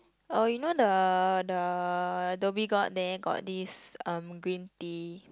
oh you know the the Dhoby-Ghaut there got this um green tea